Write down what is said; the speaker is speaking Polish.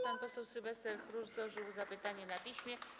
Pan poseł Sylwester Chruszcz złożył zapytanie na piśmie.